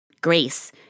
grace